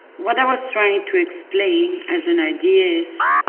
what i was trying to explain as an idea is